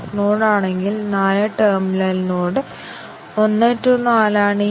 പക്ഷേ ഇത് multiple condition കവറേജിനേക്കാൾ ദുർബലമാണ്